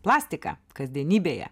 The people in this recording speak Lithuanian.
plastiką kasdienybėje